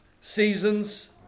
Seasons